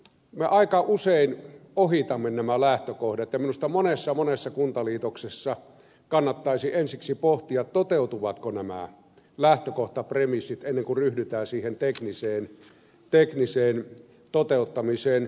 me aika usein ohitamme nämä lähtökohdat ja minusta monessa monessa kuntaliitoksessa kannattaisi ensiksi pohtia toteutuvatko nämä lähtökohtapremissit ennen kuin ryhdytään siihen tekniseen toteuttamiseen